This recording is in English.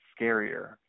scarier